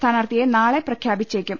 സ്ഥാനാർഥിയെ നാളെ പ്രഖ്യാ പിച്ചേക്കും